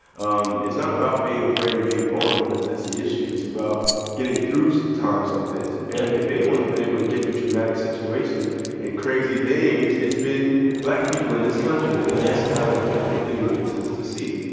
um it's not about being afraid and being vulnerable that's the issue. it's about getting through so times like this. and if anyone's been able to get through traumatic situations and crazy things, it's been black people in this country. i think that's not a difficult thing to to see,